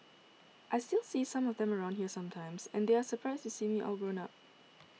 I still see some of them around here sometimes and they are surprised to see me all grown up